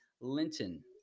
Linton